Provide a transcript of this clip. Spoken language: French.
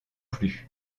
plus